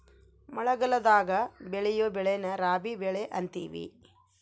ಮಳಗಲದಾಗ ಬೆಳಿಯೊ ಬೆಳೆನ ರಾಬಿ ಬೆಳೆ ಅಂತಿವಿ